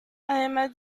además